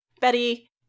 Betty